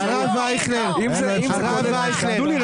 אדוני.